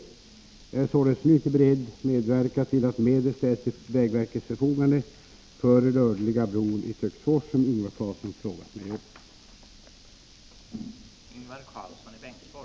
Jag är således nu inte beredd medverka till att medel ställs till vägverkets förfogande för den rörliga bron i Töcksfors som Ingvar Karlsson frågat mig om.